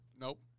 Nope